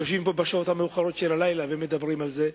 אנחנו יושבים פה בשעות המאוחרות של הלילה ומדברים על זה,